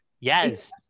yes